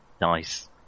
Nice